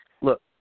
Look